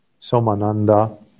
Somananda